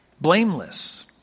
blameless